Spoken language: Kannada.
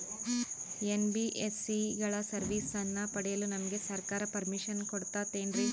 ಎನ್.ಬಿ.ಎಸ್.ಸಿ ಗಳ ಸರ್ವಿಸನ್ನ ಪಡಿಯಲು ನಮಗೆ ಸರ್ಕಾರ ಪರ್ಮಿಷನ್ ಕೊಡ್ತಾತೇನ್ರೀ?